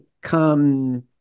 come